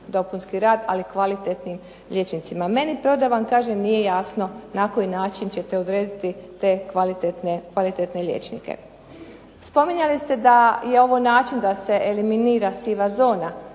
ali kvalitetnim liječnicima. Meni, pravo da vam kažem, nije jasno na koji način ćete odrediti te kvalitetne liječnike. Spominjali ste da je ovo način da se eliminira siva zona,